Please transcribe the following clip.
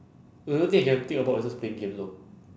the only thing I can think about is just play games lor